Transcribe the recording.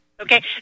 okay